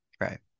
right